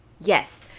Yes